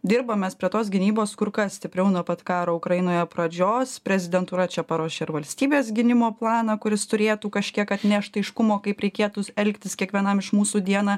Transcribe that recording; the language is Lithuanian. dirbam mes prie tos gynybos kur kas stipriau nuo pat karo ukrainoje pradžios prezidentūra čia paruošė ir valstybės gynimo planą kuris turėtų kažkiek atnešt aiškumo kaip reikėtų elgtis kiekvienam iš mūsų dieną